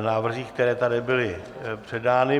návrzích, které tady byly předány.